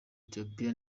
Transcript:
ethiopia